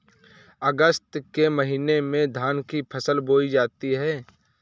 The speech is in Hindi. अगस्त के महीने में धान की फसल बोई जाती हैं